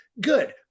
Good